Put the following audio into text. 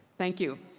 thank you.